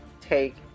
take